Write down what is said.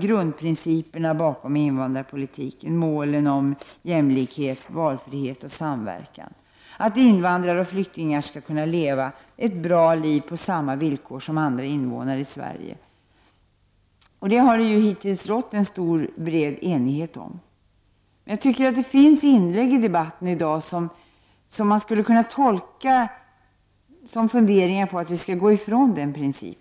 grundprinciperna bakom invandrarpolitiken — målen om jämstäldhet, valfrihet och samverkan — dvs. att invandrare och flyktingar skall leva ett bra liv på samma villkor som andra invånare i Sverige. Detta har det hittills rått stor och bred enighet om. Men jag tycker att det görs inlägg i debatten i dag som man skulle kunna tolka som funderingar på att vi i Sverige skall gå i från denna princip.